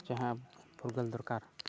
ᱡᱟᱦᱟᱸ ᱯᱷᱩᱨᱜᱟᱹᱞ ᱫᱚᱨᱠᱟᱨ